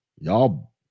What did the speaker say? Y'all